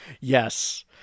Yes